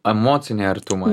emocinį artumą